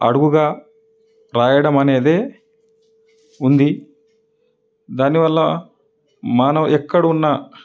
అడుగుగా రాయడం అనేదే ఉంది దానివల్ల మనం ఎక్కడ ఉన్నా